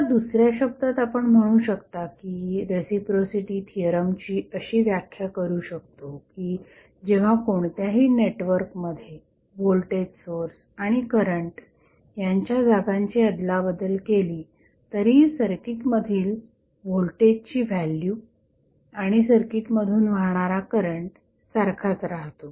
आता दुसऱ्या शब्दात आपण म्हणू शकता की रेसिप्रोसिटी थिअरमची अशी व्याख्या करू शकतो की जेव्हा कोणत्याही नेटवर्कमध्ये व्होल्टेज सोर्स आणि करंट यांच्या जागांची अदलाबदल केली तरी सर्किट मधील व्होल्टेजची व्हॅल्यू आणि सर्किट मधून वाहणारा करंट सारखाच राहतो